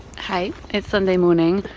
hey, it's sunday morning,